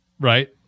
right